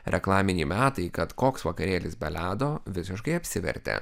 reklaminiai metai kad koks vakarėlis be ledo visiškai apsivertė